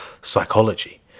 psychology